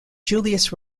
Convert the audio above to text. julius